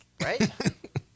Right